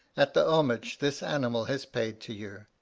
at the homage this animal has paid to you.